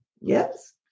Yes